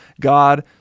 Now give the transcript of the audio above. God